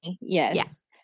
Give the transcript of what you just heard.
Yes